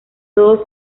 todos